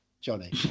Johnny